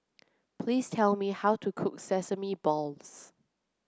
please tell me how to cook Sesame Balls